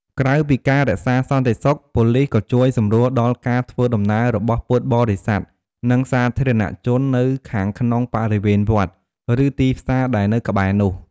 ក្រៅពីការរក្សាសន្តិសុខ ប៉ូលិសក៏ជួយសម្រួលដល់ការធ្វើដំណើររបស់ពុទ្ធបរិស័ទ និងសាធារណជននៅខាងក្នុងបរិវេណវត្ត ឬទីផ្សារដែលនៅក្បែរនោះ។